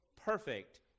perfect